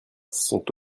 sont